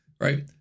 right